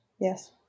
Yes